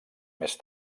més